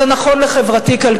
זה נכון לחברתי-כלכלי.